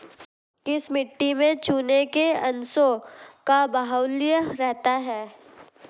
किस मिट्टी में चूने के अंशों का बाहुल्य रहता है?